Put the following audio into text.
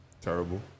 Terrible